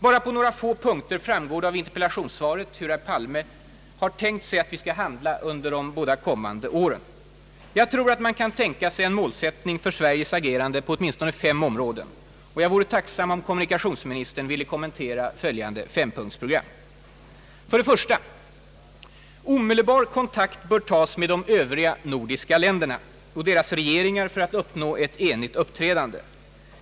Bara på några få punkter framgår det av interpellationssvaret hur herr Palme har tänkt sig att vi skall handla under de båda kommande åren. Jag tror att vi kan tänka oss en målsättning för Sveriges agerande på åtminstone fem områden. Jag vore tacksam om kommunikationsministern vil 12 kommentera följande fempunktsprogram. 1) Omedelbar kontakt bör tas med de övriga nordiska ländernas regeringar för att uppnå ett enigt uppträdande.